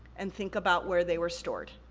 and think about where they were stored.